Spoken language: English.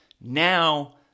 Now